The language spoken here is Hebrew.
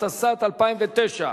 התשס"ט 2009,